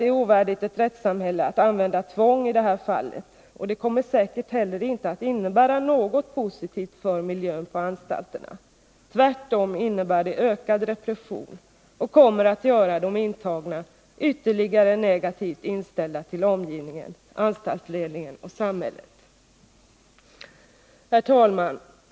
Det är ovärdigt ett rättssamhälle att använda tvång i detta fall. Det kommer säkert heller inte att innebära något positivt för miljön på anstalterna — tvärtom innebär det ökad repression och gör de intagna ytterligare negativt inställda till sin omgivning, anstaltsledning och samhälle. Herr talman!